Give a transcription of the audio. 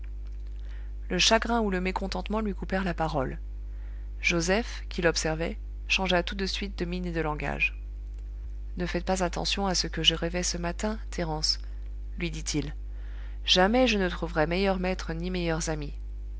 le chagrin ou le mécontentement lui coupèrent la parole joseph qui l'observait changea tout de suite de mine et de langage ne faites pas attention à ce que je rêvais ce matin thérence lui dit-il jamais je ne trouverai meilleur maître ni meilleurs amis